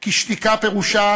כי שתיקה פירושה